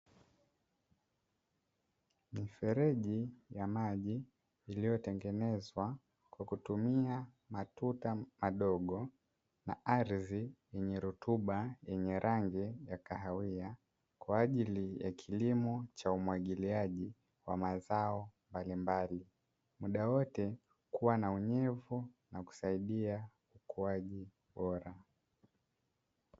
Mifereji ya maji iliyotengenezwa kwa kutumia matuta madogo na ardhi yenye rutuba yenye rangi ya kahawia, kwa ajili ya kilimo cha umwagiliaji wa mazao mbalimbali, muda wote kuwa na unyevu na kusaidia ukuaji bora.